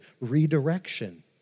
redirection